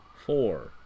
four